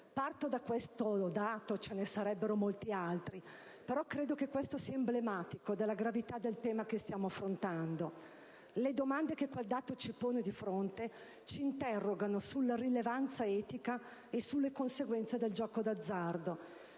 Parto da questo dato (ce ne sarebbero molti altri) perché credo sia emblematico della gravità del tema che stiamo affrontando. Le domande che quel dato suscita ci interrogano sulla rilevanza etica e sulle conseguenze del gioco d'azzardo;